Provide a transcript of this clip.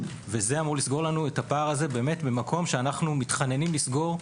וזה אומר לסגור לנו את הפער הזה במקום שאנו מתחננים לסגור.